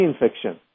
infection